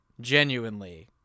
genuinely